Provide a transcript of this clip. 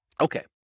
Okay